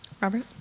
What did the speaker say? Robert